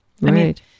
Right